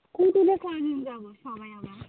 স্কুটিতে কয়জন যাব সবাই আমরা